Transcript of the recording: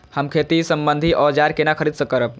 हम खेती सम्बन्धी औजार केना खरीद करब?